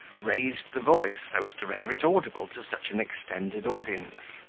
raised the voice, so as to render it audible to such an extended audience.